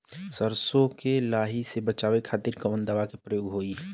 सरसो के लही से बचावे के खातिर कवन दवा के प्रयोग होई?